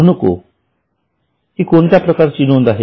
ऋणको हि कोणत्या प्रकारची नोंद आहे